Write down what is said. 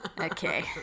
okay